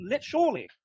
surely